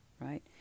right